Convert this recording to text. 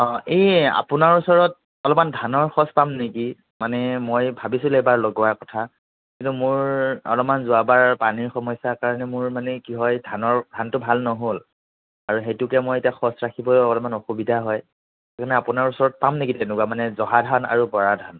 অঁ এই আপোনাৰ ওচৰত অলপমান ধানৰ সঁচ পাম নেকি মানে মই ভাবিছিলোঁ এইবাৰ লগোৱাৰ কথা কিন্তু মোৰ অলপমান যোৱাবাৰ পানী সমস্যাৰ কাৰণে মোৰ মানে কি হয় ধানৰ ধানটো ভাল নহ'ল আৰু সেইটোকে মই এতিয়া সঁচ ৰাখিবলৈ অলপমান অসুবিধা হয় সেইকাৰণে আপোনাৰ ওচৰত পাম নেকি তেনেকুৱা মানে জহা ধান আৰু বৰা ধান